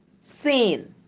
seen